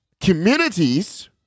Communities